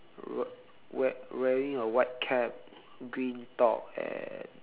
we~ wear wearing a white cap green top and